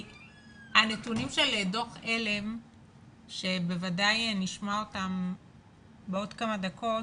הנתונים של דו"ח עלם שבוודאי נשמע אותם בעוד כמה דקות